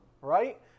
right